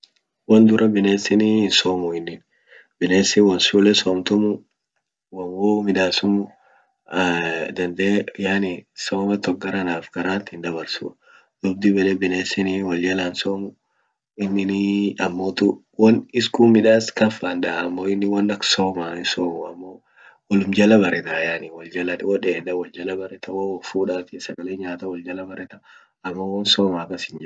Won dura binesini hinsomu inin. binesin won shule somtumuu won woyu midasumuu dandee yani soma tok garanaf garant hindabarsuu. duub dib yede binesin wol jala hinsomu ininii amotu won iskun midas kan fandaa amo inin won ak somaa hinsomuu amo wolum jala baretaa yani wo deeda wolum jala baretaa wo wofudati sagale nyata wolum jala bareta amo won somaa kasin jiruu ufin beeku akili hinqabuu.